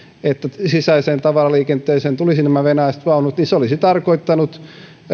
että sisäiseen tavaraliikenteeseen tulisivat nämä venäläiset vaunut niin se olisi käytännössä tarkoittanut